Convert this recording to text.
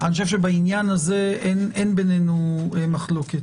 אני חושב שבעניין הזה אין בינינו מחלוקת,